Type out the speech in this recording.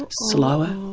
slower,